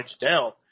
down